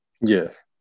Yes